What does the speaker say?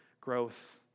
growth